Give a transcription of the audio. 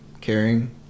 caring